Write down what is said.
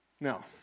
Now